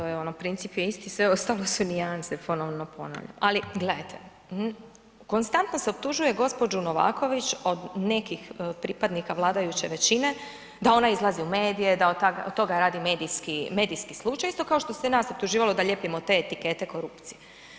Da, to je ono princip je isti sve ostalo su nijanse, ponovno, ali gledajte konstantno se optužuje gospođu Novaković od nekih pripadnika vladajuće većine da ona izlazi u medije, da od toga radi medijski slučaj isto kao što se nas optuživalo da lijepimo te etikete korupcije.